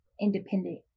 independent